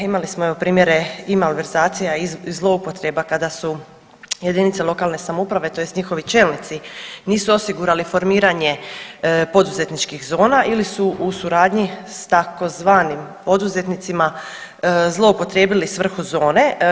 Imali smo evo primjere i malverzacija i zloupotreba kada su jedinice lokalne samouprave tj. njihovi čelnici nisu osigurali formiranje poduzetničkih zona ili su u suradnji s tzv. poduzetnicima zloupotrijebili svrhu zone.